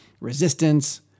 Resistance